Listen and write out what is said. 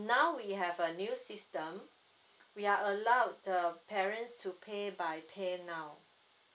now we have a new system we are allowed the parents to pay by paynow